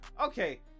Okay